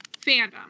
fandom